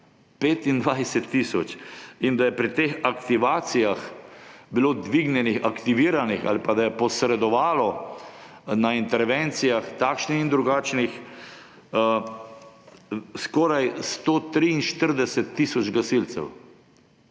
25 tisoč. In da je bilo pri teh aktivacijah dvignjenih, aktiviranih ali pa je posredovalo na intervencijah, takšnih ali drugačnih, skoraj 143 tisoč gasilcev.